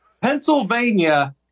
Pennsylvania